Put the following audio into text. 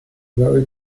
very